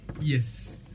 Yes